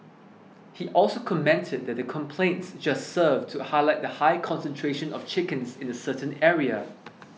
he also commented that the complaints just served to highlight the high concentration of chickens in a certain area